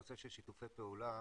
הנושא של שיתופי פעולה.